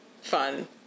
fun